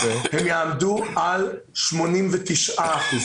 הם יעמדו על 89 אחוזים.